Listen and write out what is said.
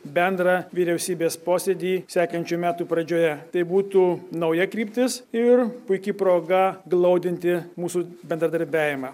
bendrą vyriausybės posėdį sekančių metų pradžioje tai būtų nauja kryptis ir puiki proga glaudinti mūsų bendradarbiavimą